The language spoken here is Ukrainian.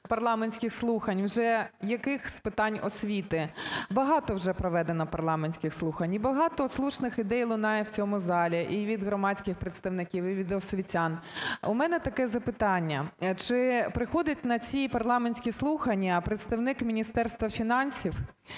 парламентських слухань, вже яких з питань освіти. Багато вже проведено парламентських слухань і багато слушних ідей лунає в цьому залі і від громадських представників, і від освітян. У мене таке запитання. Чи приходить на ці парламентські слухання представник Міністерства фінансів?